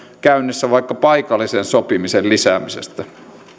käynnissä vaikka paikallisen sopimisen lisäämisestä